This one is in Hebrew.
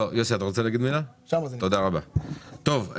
טוב,